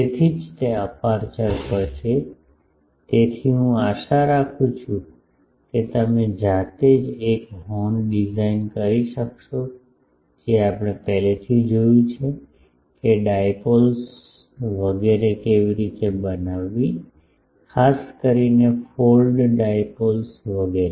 તેથી જ તે અપેર્ચર પર છે તેથી હું આશા રાખું છું કે તમે જાતે જ એક હોર્ન ડિઝાઇન કરી શકશો જે આપણે પહેલાથી જોયું છે કે ડાઈપોલ્સ વગેરે કેવી રીતે બનાવવી ખાસ કરીને ફોલ્ડ ડાઈપોલ્સ વગેરે